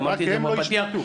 אמרתי את זה בפתיח.